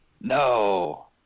No